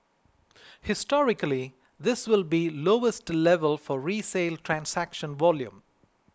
historically this will be lowest level for resale transaction volume